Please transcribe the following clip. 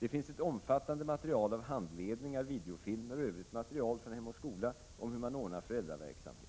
Det finns ett omfattande material av handledningar, videofilmer och övrigt material från Hem och skola om hur man anordnar föräldraverksamhet.